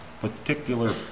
particular